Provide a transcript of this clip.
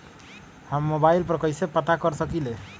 हम मोबाइल पर कईसे पता कर सकींले?